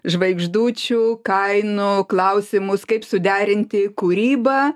žvaigždučių kainų klausimus kaip suderinti kūrybą